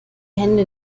hände